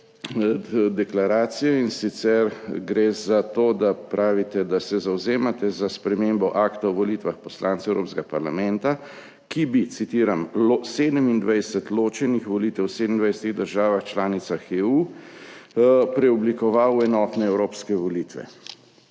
in sicer gre za to, da pravite, da se zavzemate za spremembo Akta o volitvah poslancev Evropskega parlamenta, ki bi, citiram: »27 ločenih volitev v 27 državah članicah EU preoblikoval v enotne evropske volitve«.